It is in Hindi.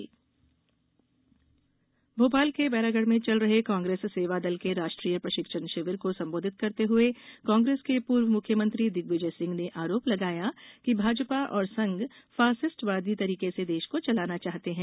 कांग्रेस सेवादल भोपाल के बैरागढ़ में चल रहे कांग्रेस सेवा दल के राष्ट्रीय प्रशिक्षण शिविर को संबोधित करते हुए कांग्रेस के पूर्व मुख्यमंत्री दिग्विजय सिंह ने आरोप लगाया कि भाजपा और संघ फासिस्टवादी तरीके से देश को चलाना चाहते हैं